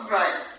right